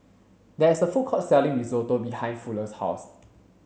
there is a food court selling Risotto behind Fuller's house